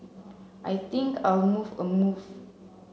I think I'll move a move